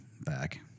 back